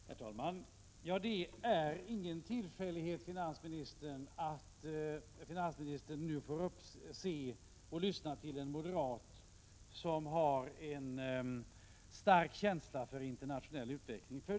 Herr talman! Det är ingen tillfällighet att finansministern nu får lyssna till en moderat som har en stark känsla för internationell utveckling.